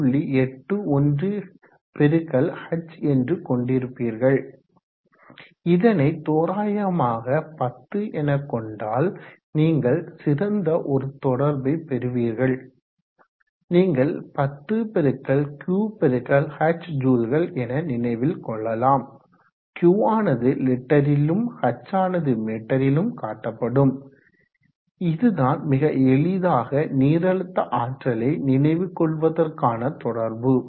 81 x h என்று கொண்டிருப்பீர்கள் இதனை தோராயமாக 10 எனக்கொண்டால் நீங்கள் சிறந்த ஒரு தொடர்பை பெறுவீர்கள் நீங்கள் 10×Q×h ஜுல்கள் என நினைவில் கொள்ளலாம் Q ஆனது லிட்டரிலும் h ஆனது மீட்டரிலும் காட்டப்படும் இதுதான் மிக எளிதாக நீரழுத்த ஆற்றலை நினைவில் கொள்வதற்கான தொடர்பு